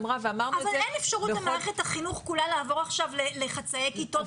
אבל אין אפשרות למערכת החינוך כולה לעבור עכשיו לחצאי כיתות,